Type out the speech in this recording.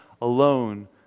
alone